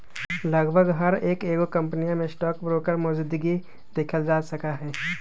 लगभग हर एगो कम्पनीया में स्टाक ब्रोकर मौजूदगी देखल जा सका हई